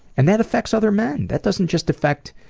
and that affects other men, that doesn't just affect